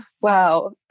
Wow